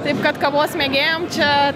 taip kad kavos mėgėjam čia